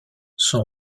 son